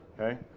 Okay